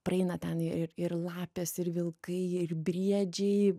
praeina ten ir ir lapės ir vilkai ir briedžiai